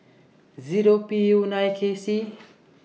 Zero P U nine K C